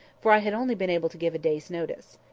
for i had only been able to give a day's notice.